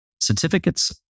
Certificates